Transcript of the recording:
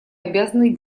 обязаны